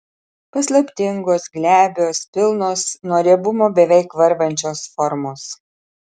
paslaptingos glebios pilnos nuo riebumo beveik varvančios formos